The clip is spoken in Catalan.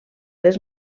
les